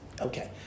Okay